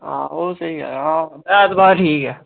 हां ओह् स्हेई गल्ल हां ऐतबार ठीक ऐ